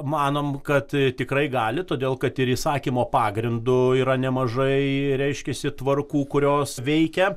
manom kad tikrai gali todėl kad ir įsakymo pagrindu yra nemažai reiškiasi tvarkų kurios veikia